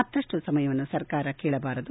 ಮತ್ತಷ್ಟು ಸಮಯವನ್ನು ಸರಕಾರ ಕೇಳಬಾರದು